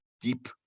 deep